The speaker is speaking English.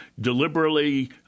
deliberately